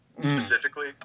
specifically